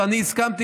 ואני הסכמתי,